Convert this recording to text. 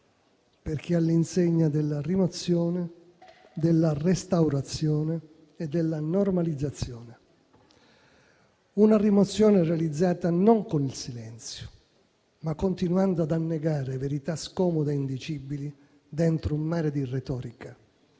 perché è all'insegna della rimozione, della restaurazione e della normalizzazione. Una rimozione realizzata non con il silenzio, ma continuando ad annegare verità scomode e indicibili dentro un mare di retorica.